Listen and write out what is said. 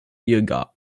yoga